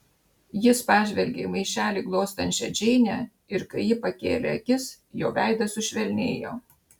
jis pažvelgė į maišelį glostančią džeinę ir kai ji pakėlė akis jo veidas sušvelnėjo